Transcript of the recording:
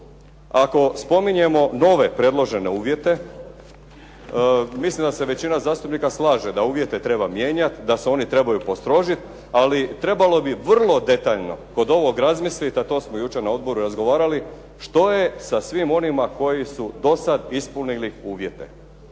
Ako spominjemo nove predložene uvjete mislim da se većina zastupnika slaže da uvjete treba mijenjati, da se oni trebaju postrožiti. Ali trebalo bi vrlo detaljno kod ovog razmisliti, a to smo jučer na odboru razgovarali što je sa svim onima koji su do sad ispunili uvjete.